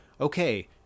okay